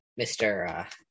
Mr